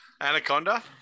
Anaconda